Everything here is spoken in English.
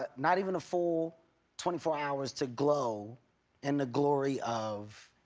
ah not even a full twenty four hours to glow in the glory of,